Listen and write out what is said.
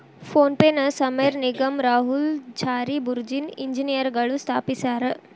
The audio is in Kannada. ಫೋನ್ ಪೆನ ಸಮೇರ್ ನಿಗಮ್ ರಾಹುಲ್ ಚಾರಿ ಬುರ್ಜಿನ್ ಇಂಜಿನಿಯರ್ಗಳು ಸ್ಥಾಪಿಸ್ಯರಾ